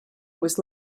was